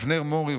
אבנר מורי,